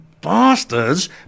bastards